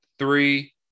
three